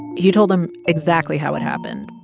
he told them exactly how it happened.